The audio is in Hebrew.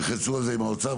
שתלחצו על זה עם האוצר.